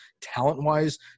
talent-wise